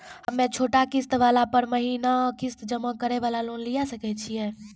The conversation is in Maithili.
हम्मय छोटा किस्त वाला पर महीना किस्त जमा करे वाला लोन लिये सकय छियै?